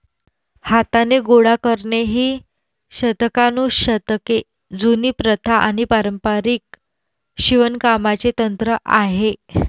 हाताने गोळा करणे ही शतकानुशतके जुनी प्रथा आणि पारंपारिक शिवणकामाचे तंत्र आहे